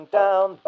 down